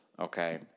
Okay